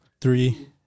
Three